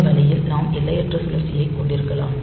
இந்த வழியில் நாம் எல்லையற்ற சுழற்சியைக் கொண்டிருக்கலாம்